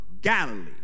Galilee